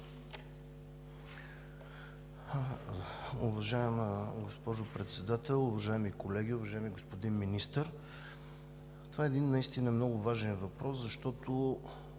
Уважаема госпожо Председател, уважаеми колеги, уважаеми господин Министър! Това наистина е много важен въпрос, защото,